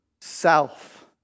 self